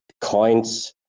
coins